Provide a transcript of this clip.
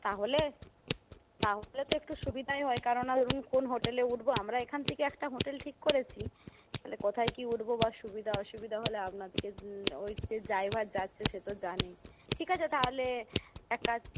তাহলে তাহলে তো একটু সুবিধাই হয় কারণ রুম কোন হোটেলে উঠবো আমরা এইখান থেকে একটা হোটেল ঠিক করেছি তাহলে কোথায় কি উঠবো বা সুবিধা অসুবিধা হলে আপনার দিকে ওই যে ড্রাইভার যাচ্ছে সে তো জানেই ঠিক আছে তাহলে এক কাজ